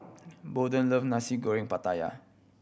Bolden love Nasi Goreng Pattaya